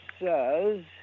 says